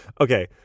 okay